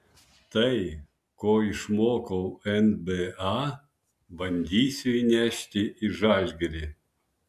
tai ko išmokau nba bandysiu įnešti į žalgirį